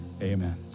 Amen